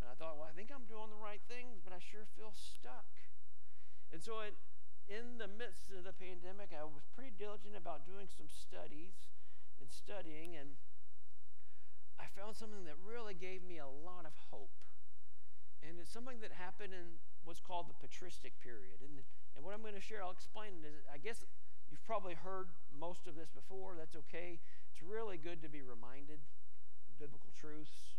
And I thought, "Well, I think I'm doing the right thing, but I sure feel stuck." And so it- in the midst of the pandemic, I was pretty diligent about doing some studies and studying, and I found something that really gave me a lot of hope. And it's something that happened in what's called the patristic period. And- and what I'm gonna share, I'll explain it. I guess you've probably heard most of this before. That's okay. It's really good to be reminded of biblical truths.